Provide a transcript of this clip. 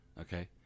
Okay